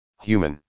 Human